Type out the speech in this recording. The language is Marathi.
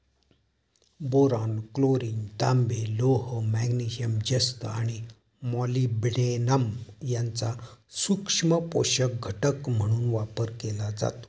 बोरॉन, क्लोरीन, तांबे, लोह, मॅग्नेशियम, जस्त आणि मॉलिब्डेनम यांचा सूक्ष्म पोषक घटक म्हणून वापर केला जातो